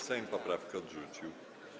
Sejm poprawkę odrzucił.